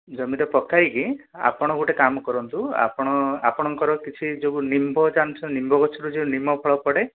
ଜମିରେ ପକାଇକି ଆପଣ ଗୋଟେ କାମ କରନ୍ତୁ ଆପଣ ଆପଣଙ୍କର କିଛି ଯୋଉ ନିମ୍ବ ଜାଣିଛନ୍ତି ନିମ୍ବ ଗଛରୁ ଯେଉଁ ନିମ ଫଳ ପଡ଼େ